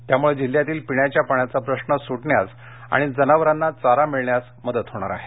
त्यामुळे जिल्ह्यातील पिण्याच्या पाण्याचा प्रश्र सुटण्यास आणि जनावरांना चारा मिळण्यास मदत होणार आहे